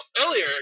earlier